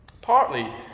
Partly